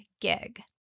gig